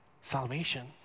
salvation